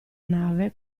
nave